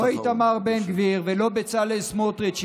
לא איתמר בן גביר ולא בצלאל סמוטריץ'